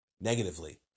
negatively